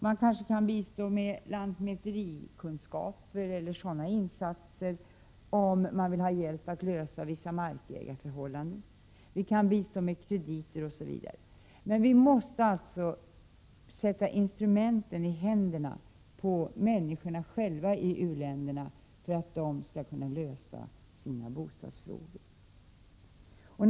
Vi kanske kan bistå med lantmäterikunskaper eller med insatser på det området till länder där man vill ha hjälp med att klara ut vissa markägarförhållanden. Vi kan bistå med krediter, osv. Men vi måste alltså sätta instrumenten i händerna på människorna själva i u-länderna för att de skall kunna lösa sina bostadsfrågor.